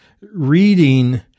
reading